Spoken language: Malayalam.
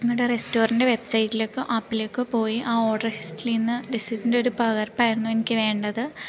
നിങ്ങളുടെ റെസ്റ്റോറിൻ്റെ വെബ്സൈറ്റിലേക്കോ ആപ്പിലേക്കോ പോയി ആ ഓഡർ ലിസ്റ്റിൽ നിന്ന് ഡിഷസിൻറ്റൊരു പകർപ്പായിരുന്നു എനിക്കു വേണ്ടത്